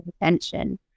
attention